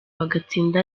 bagatsinda